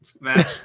match